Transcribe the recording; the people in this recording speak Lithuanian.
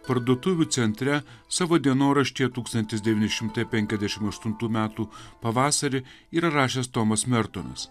parduotuvių centre savo dienoraštyje tūkstantis devyni šimtai penkiasdešim aštuntų metų pavasarį yra rašęs tomas mertonas